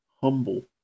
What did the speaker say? humble